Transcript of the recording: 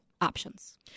options